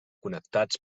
connectats